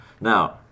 Now